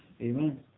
Amen